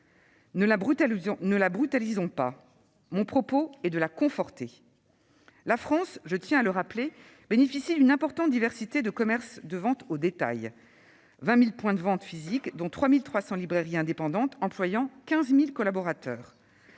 ne la brutalisons pas. Mon propos est de la conforter. La France, je tiens à le rappeler, bénéficie d'une importante diversité de commerces de vente au détail : 20 000 points de vente physiques, dont 3 300 librairies indépendantes, employant 15 000 collaborateurs.